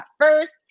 first